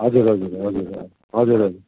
हजुर हजुर हजुर हजुर हजुर